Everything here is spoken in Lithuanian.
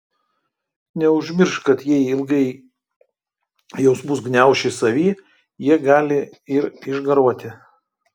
neužmiršk kad jei ilgai jausmus gniauši savy jie gali ir išgaruoti